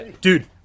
Dude